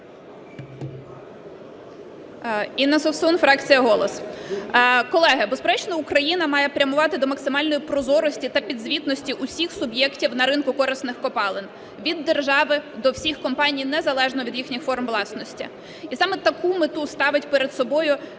Інна Совсун, фракція "Голос".